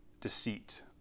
deceit